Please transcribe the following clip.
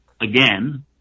again